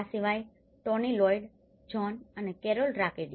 આ સિવાય Tony Lloyd Jones અને કેરોલ રાકોડી